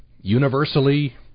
universally